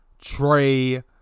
Trey